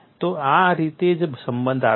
તો આ રીતે જ સંબંધ આવે છે